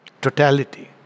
totality